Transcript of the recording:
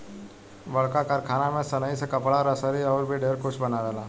बड़का कारखाना में सनइ से कपड़ा, रसरी अउर भी ढेरे कुछ बनावेला